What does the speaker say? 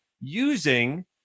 using